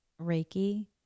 Reiki